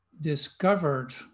discovered